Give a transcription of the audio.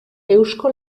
eusko